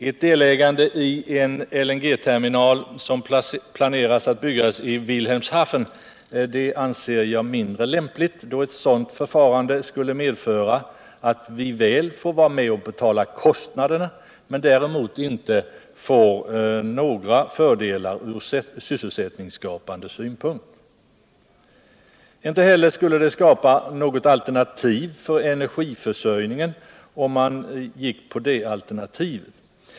Ett deltagande ien LNG-terminal som planeras att byggas I Wilhemshaven anser jag mindre lämpligt, då eu sådant förfarande skulle medföra att vi väl får vara med om att betala kostnaderna men däremot inte skulte få några fördelar från sysselsättningsskapande synpunkt. Inte heller skulle det innebära något alternativ för energiförsörjningen.